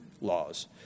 laws